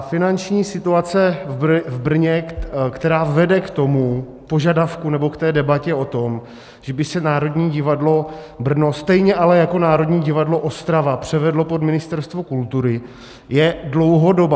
Finanční situace v Brně, která vede k tomu požadavku nebo k debatě o tom, že by se Národní divadlo Brno, stejně ale jako Národní divadlo Ostrava, převedlo pod Ministerstvo kultury, je dlouhodobá.